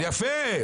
יפה.